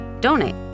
Donate